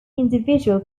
individual